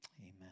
Amen